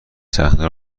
صحنه